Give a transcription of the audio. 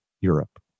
Europe